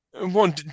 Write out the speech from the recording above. One